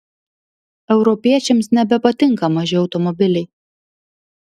europiečiams nebepatinka maži automobiliai